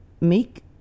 make